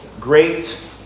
great